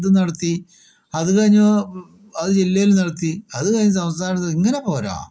ഇത് നടത്തി അത് കഴിഞ്ഞ് അത് ജില്ലയിൽ നടത്തി അത് കഴിഞ്ഞ് സംസ്ഥാനത്ത് ഇങ്ങനെ പോരാ